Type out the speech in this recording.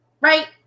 right